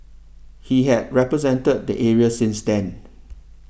he had represented the area since then